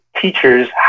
teachers